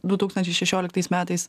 du tūkstančiai šešioliktais metais